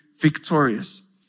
victorious